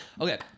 okay